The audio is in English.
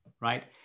right